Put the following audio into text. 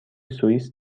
سوئیس